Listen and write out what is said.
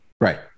Right